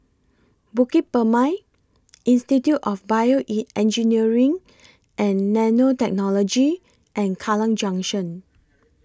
Bukit Purmei Institute of Bioengineering and Nanotechnology and Kallang Junction